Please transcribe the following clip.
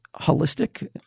holistic